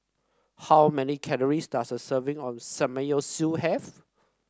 how many calories does a serving of Samgeyopsal have